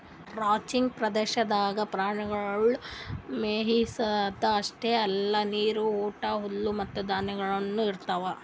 ranching ಪ್ರದೇಶದಾಗ್ ಪ್ರಾಣಿಗೊಳಿಗ್ ಮೆಯಿಸದ್ ಅಷ್ಟೆ ಅಲ್ಲಾ ನೀರು, ಊಟ, ಹುಲ್ಲು ಮತ್ತ ಧಾನ್ಯಗೊಳನು ಇರ್ತಾವ್